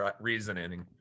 reasoning